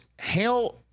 Hail